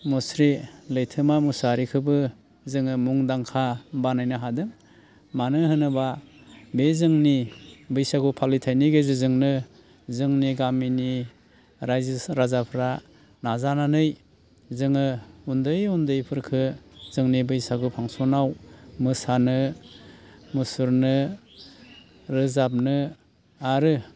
मुश्री लैथोमा मुसाहारिखोबो जोङो मुंदांखा बानायनो हादों मानो होनोब्ला बे जोंनि बैसागु फालिथायनि गेजेरजोंनो जोंनि गामिनि रायजो राजाफ्रा नाजानानै जोङो उन्दै उन्दैफोरखो जोंनि बैसागु फांसनाव मोसानो मुसुरनो रोजाबनो आरो